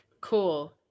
cool